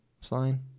sign